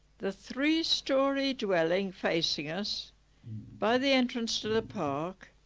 the three-storey dwelling facing us by the entrance to the park.